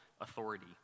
authority